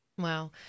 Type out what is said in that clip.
Wow